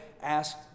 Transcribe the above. asked